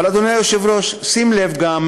אבל, אדוני היושב-ראש, שים לב, גם